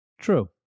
True